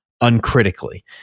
uncritically